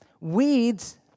Weeds